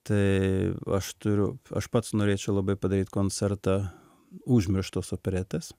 tai aš turiu aš pats norėčiau labai padaryt koncertą užmirštos operetės